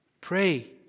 Pray